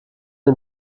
den